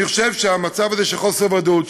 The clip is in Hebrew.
אני חושב שהמצב הזה של חוסר ודאות,